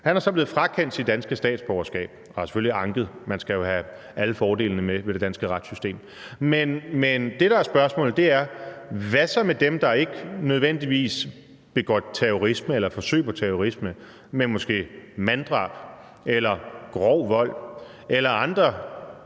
Han er så blevet frakendt sit danske statsborgerskab og har selvfølgelig anket – man skal jo have alle fordelene med ved det danske retssystem. Men det, der er spørgsmålet, er: Hvad så med dem, der ikke nødvendigvis begår terrorisme eller forsøger at begå terrorisme, men måske begår manddrab eller grov vold eller andre